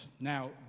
Now